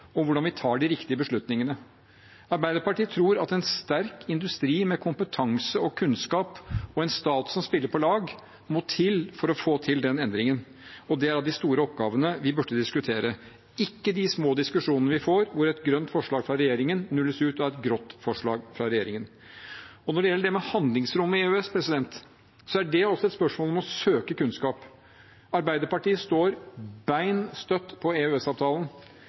hvordan vi tar de riktige beslutningene. Arbeiderpartiet tror at en sterk industri med kompetanse og kunnskap og en stat som spiller på lag, må til for å få til den endringen. Det er av de store oppgavene vi burde diskutere, ikke de små diskusjonene vi får, hvor et grønt forslag fra regjeringen nulles ut av et grått forslag fra regjeringen. Når det gjelder det med handlingsrommet i EØS, er det også et spørsmål om å søke kunnskap. Arbeiderpartiet står beinstøtt på